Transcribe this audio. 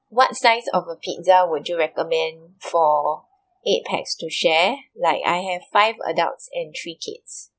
what size of a pizza would you recommend for eight pax to share like I have five adults and three kids